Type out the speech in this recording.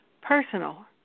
Personal